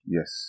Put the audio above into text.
Yes